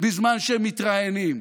בזמן שהם מתראיינים.